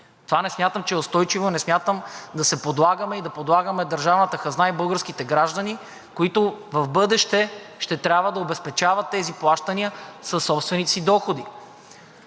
Това не смятам, че е устойчиво, не смятам да се подлагаме и да подлагаме държавната хазна и българските граждани, които в бъдеще ще трябва да обезпечават тези плащания със собствените си доходи.